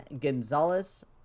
gonzalez